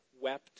wept